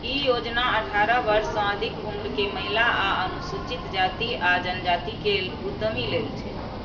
ई योजना अठारह वर्ष सं अधिक उम्र के महिला आ अनुसूचित जाति आ जनजाति के उद्यमी लेल छै